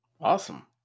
awesome